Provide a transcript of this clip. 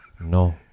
No